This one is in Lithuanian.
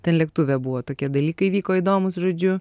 ten lėktuve buvo tokie dalykai vyko įdomūs žodžiu